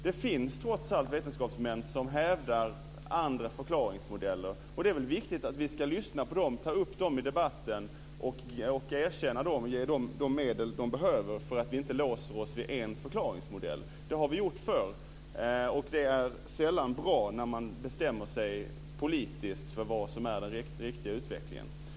Det finns trots allt vetenskapsmän som hävdar andra förklaringsmodeller, och det är väl viktigt att lyssna på dem, ta upp dem i debatten, erkänna dem och ge dem de medel de behöver så att vi inte låser oss vid en förklaringsmodell. Det har vi gjort förr, och det är sällan bra när man politiskt bestämmer sig för vad som är den riktiga utvecklingen.